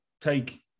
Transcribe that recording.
take